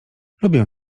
lubię